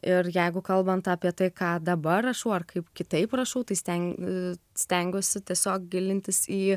ir jeigu kalbant apie tai ką dabar rašau ar kaip kitaip rašau tai steng stengiuosi tiesiog gilintis į